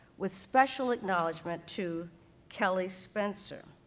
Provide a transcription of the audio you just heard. with special acknowledgement to kelly spencer,